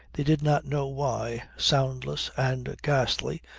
they did not know why, soundless and ghastly,